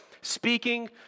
speaking